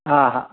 हा हा